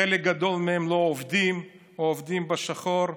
חלק גדול מהם לא עובדים או עובדים בשחור,